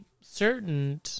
certain